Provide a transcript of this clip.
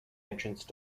entrance